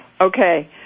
Okay